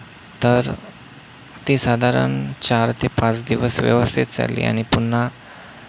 तर ती साधारण चार ते पाच दिवस व्यवस्थित चालली आणि पुन्हा